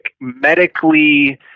medically